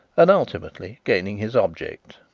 and, ultimately, gaining his object.